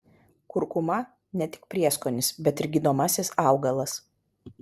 kurkuma ne tik prieskonis bet ir gydomasis augalas